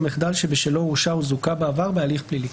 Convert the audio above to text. מחדל שבשלו הורשע או זוכה בעבר בהליך פלילי.